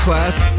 Class